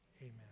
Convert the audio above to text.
Amen